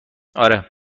آره